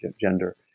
gender